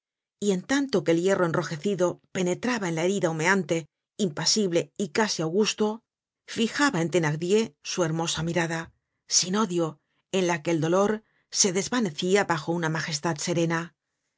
y en tanto que el hierro enrojecido penetraba en la herida humeante impasible y casi augusto fijaba en thenar dier su hermosa mirada sin odio en la que el dolor se desvanecia bajo una magestad serena